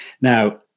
Now